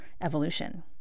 evolution